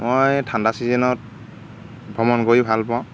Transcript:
মই ঠাণ্ডা চিজনত ভ্ৰমণ কৰি ভাল পাওঁ